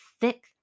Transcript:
thick